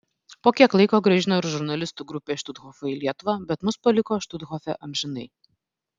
po kiek laiko grąžino ir žurnalistų grupę iš štuthofo į lietuvą bet mus paliko štuthofe amžinai